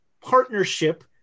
partnership